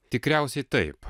tikriausiai taip